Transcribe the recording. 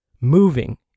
moving